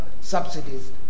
subsidies